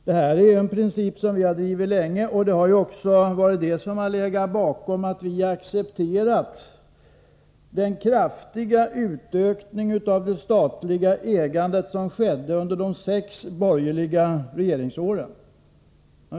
Detta är en princip som vi drivit länge, och den har också varit orsaken till att vi accepterat den kraftiga ökning av det statliga ägandet som skedde under de sex borgerliga regeringsåren.